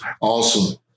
Awesome